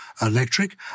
electric